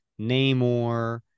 Namor